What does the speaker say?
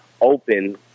open